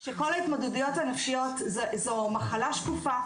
אני רוצה לומר שכל ההתמודדויות הנפשיות זו מחלה שקופה,